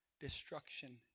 destruction